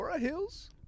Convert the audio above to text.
Hills